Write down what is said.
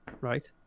right